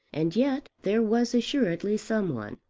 and yet there was assuredly some one.